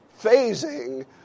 phasing